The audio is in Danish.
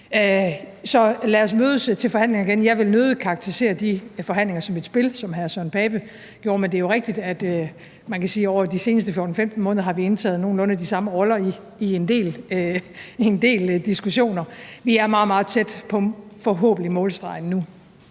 Så lad os mødes til forhandlinger igen. Jeg vil nødig karakterisere de forhandlinger som et spil, som hr. Søren Pape Poulsens gjorde, men det er jo rigtigt, at vi over de seneste 14-15 måneder har indtaget nogenlunde de samme roller i en del diskussioner. Vi er forhåbentlig meget,